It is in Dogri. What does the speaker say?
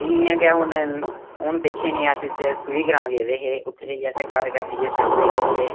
भी इ'यां गै हून हून पिच्छै नेह् अस सूही ग्रांऽ गेदे हे उत्थै जाइयै अ'सें घर घर जाइयै सर्वे कीते